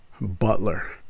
Butler